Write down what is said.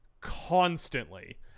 constantly